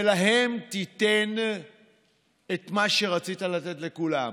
ולהם תיתן את מה שרצית לתת לכולם.